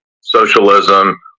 socialism